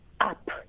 up